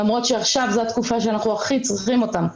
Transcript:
למרות שעכשיו זו התקופה שאנחנו הכי צריכים אותם.